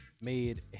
made